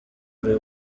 ari